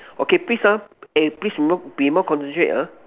okay please ah eh please be more be more concentrate ah